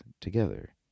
together